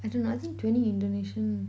I dunno I think twenty indonesian